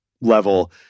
level